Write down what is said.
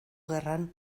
gerran